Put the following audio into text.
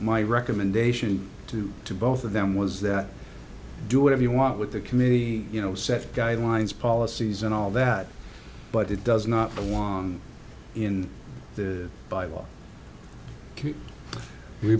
my recommendation to to both of them was that do whatever you want with the committee you know set guidelines policies and all that but it does not belong in the bible we